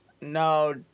No